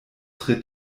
tre